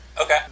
Okay